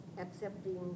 accepting